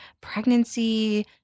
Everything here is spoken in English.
pregnancy